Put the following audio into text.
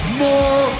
more